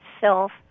self